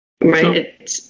Right